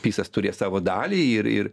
pisas turės savo dalį ir ir